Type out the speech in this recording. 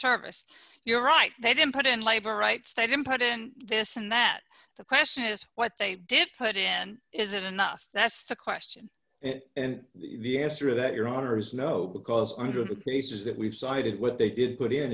service you're right they didn't put in labor rights they didn't put in this and that the question is what they did put in is it enough that's the question and the answer that your order is no because under the cases that we've cited what they did